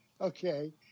okay